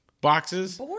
boxes